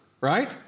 right